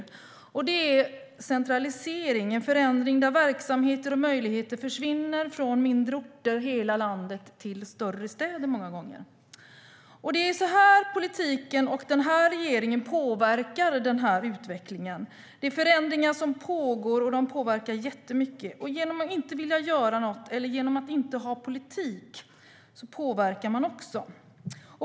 Det är att det sker en centralisering - en förändring där verksamheter och möjligheter försvinner från mindre orter i hela landet, många gånger till större städer. Det är så politiken och den här regeringen påverkar utvecklingen. Det är förändringar som pågår och som påverkar jättemycket. Genom att inte vilja göra något eller genom att inte ha politik påverkar man också.